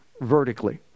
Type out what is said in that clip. vertically